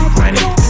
running